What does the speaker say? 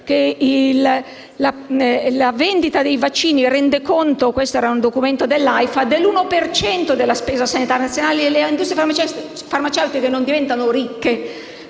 che la vendita dei vaccini rende conto - questo era un documento dell'Aifa - dell'uno per cento della spesa sanitaria nazionale. Le industrie farmaceutiche non diventano ricche